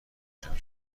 بشم